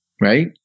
right